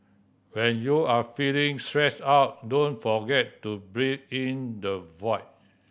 when you are feeling stressed out don't forget to breathe into the void